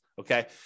okay